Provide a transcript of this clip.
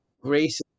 grace